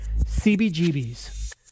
CBGB's